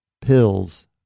pills